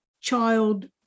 child